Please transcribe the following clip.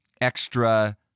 extra